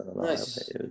Nice